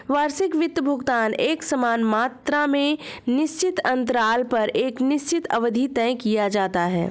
वार्षिक वित्त भुगतान एकसमान मात्रा में निश्चित अन्तराल पर एक निश्चित अवधि तक किया जाता है